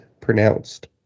pronounced